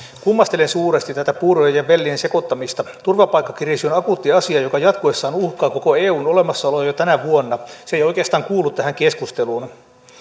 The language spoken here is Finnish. kummastelen suuresti tätä puurojen ja vellien sekoittamista turvapaikkakriisi on akuutti asia joka jatkuessaan uhkaa koko eun olemassaoloa jo tänä vuonna se ei oikeastaan kuulu tähän keskusteluun